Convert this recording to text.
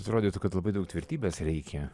atrodytų kad labai daug tvirtybės reikia